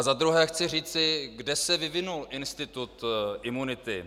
Za druhé chci říci, kde se vyvinul institut imunity.